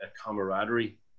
camaraderie